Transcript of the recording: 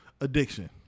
addiction